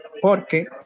Porque